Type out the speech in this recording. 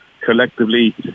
collectively